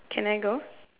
can I go